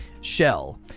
Shell